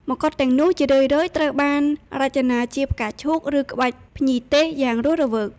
មកុដទាំងនោះជារឿយៗត្រូវបានរចនាជាផ្កាឈូក ឬក្បាច់ភ្ញីទេសយ៉ាងរស់រវើក។